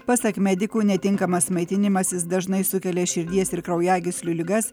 pasak medikų netinkamas maitinimasis dažnai sukelia širdies ir kraujagyslių ligas